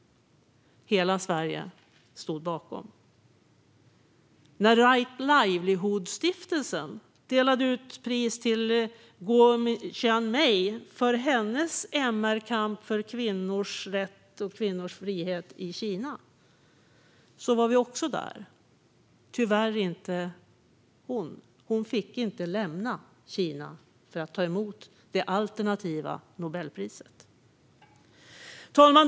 Hela Sverige stod bakom. När Right Livelihood-stiftelsen delade ut sitt pris till Guo Jianmei för hennes MR-kamp för kvinnors rätt och kvinnors frihet i Kina var vi också där, men tyvärr inte hon. Hon fick inte lämna Kina för att ta emot det alternativa Nobelpriset. Fru talman!